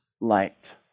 light